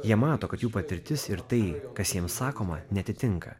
jie mato kad jų patirtis ir tai kas jiems sakoma neatitinka